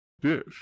Dish